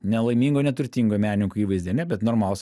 nelaimingo neturtingo menininko įvaizdyje ane bet normalūs